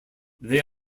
they